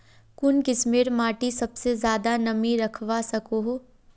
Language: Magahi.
कुन किस्मेर माटी सबसे ज्यादा नमी रखवा सको हो?